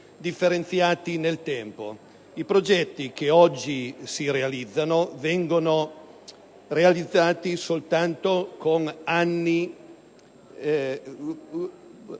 differenziati nel tempo: i progetti che oggi sono approvati vengono realizzati soltanto con molti